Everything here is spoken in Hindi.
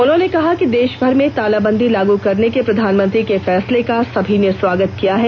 उन्होंने कहा कि देश भर में तालाबंदी लागू करने के प्रधानमंत्री के फैसले का सभी ने स्वागत किया है